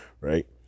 right